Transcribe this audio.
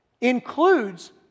includes